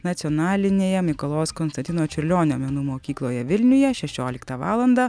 nacionalinėje mikalojaus konstantino čiurlionio menų mokykloje vilniuje šešioliktą valandą